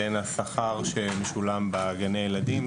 בין השכר שמשולם לסייעות בגני הילדים.